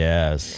Yes